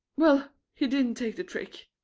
well, he didn't take the trick.